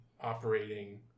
operating